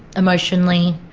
emotionally,